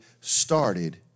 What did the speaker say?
started